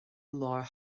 lár